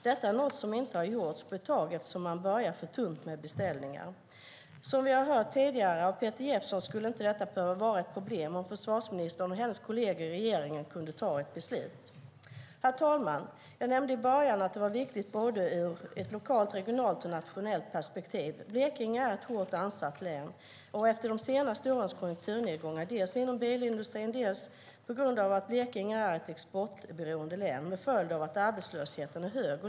Detta är något som inte har gjorts på ett tag, eftersom man börjar få tunt med beställningar. Som vi hörde tidigare av Peter Jeppsson skulle inte detta behöva vara ett problem om försvarsministern och hennes kolleger i regeringen kunde ta ett beslut. Herr talman! Jag nämnde i början att detta är viktigt ur lokalt, regionalt och nationellt perspektiv. Blekinge är ett hårt ansatt län. Arbetslösheten är hög efter de senaste årens konjunkturnedgångar, bland annat inom bilindustrin, som skett på grund av att Blekinge är ett exportberoende län.